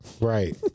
right